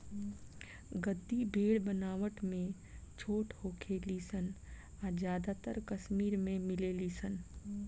गद्दी भेड़ बनावट में छोट होखे ली सन आ ज्यादातर कश्मीर में मिलेली सन